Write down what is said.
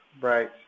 Right